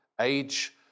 Age